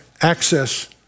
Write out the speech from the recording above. access